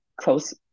close